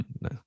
no